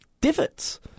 Divots